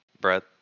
Brett